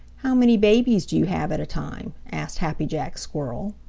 how many babies do you have at a time? asked happy jack squirrel.